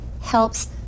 helps